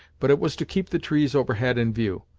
but it was to keep the trees overhead in view,